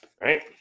right